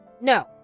No